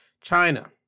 China